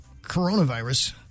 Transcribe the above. coronavirus